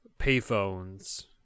payphones